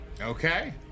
Okay